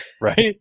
right